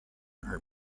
are